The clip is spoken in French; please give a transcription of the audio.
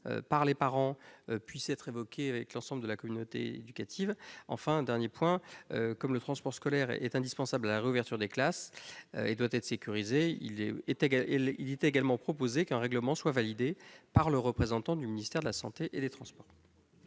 par les parents puisse être évoquée avec l'ensemble de la communauté éducative. Enfin, le transport scolaire, indispensable à la réouverture des classes, devant être sécurisé, il est également proposé qu'un règlement y afférent soit validé par les représentants du ministère de la santé et de celui des transports.